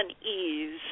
unease